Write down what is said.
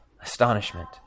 astonishment